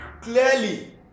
clearly